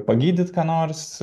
pagydyt ką nors